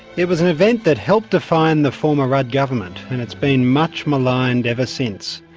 it was an event that helped define the former rudd government and it's been much maligned ever since.